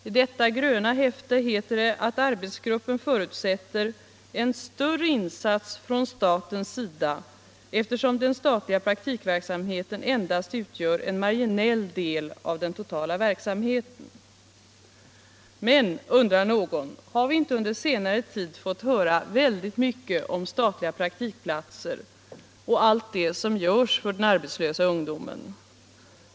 I detta gröna häfte heter det att arbetsgruppen förutsätter en större insats från statens sida, eftersom den statliga praktikverksamheten endast utgör en marginell del av den totala verksamheten. Men, undrar någon, har vi inte under senare tid fått höra väldigt mycket om statliga praktikplatser och om allt det som görs för den arbetslösa ungdomen?